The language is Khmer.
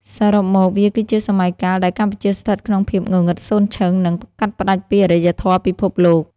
សរុបមក វាគឺជាសម័យកាលដែលកម្ពុជាស្ថិតក្នុងភាពងងឹតសូន្យឈឹង និងកាត់ផ្ដាច់ពីអារ្យធម៌ពិភពលោក។